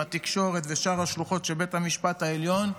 התקשורת ושאר השלוחות של בית המשפט העליון: